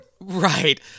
Right